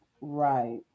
right